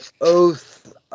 oath